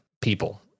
people